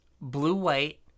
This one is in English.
blue-white